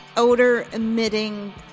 Odor-emitting